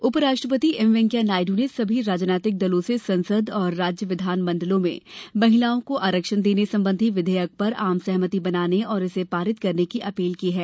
नायडू महिला आरक्षण उप राष्ट्रपति एम वेंकैया नायडू ने सभी राजनीतिक दलों से संसद और राज्य विधानमंडलों में महिलाओं को आरक्षण देने संबंधी विधेयक पर आम सहमति बनाने और इसे पारित करने की अपील की है